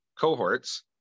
cohorts